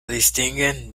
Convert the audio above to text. distinguen